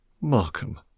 Markham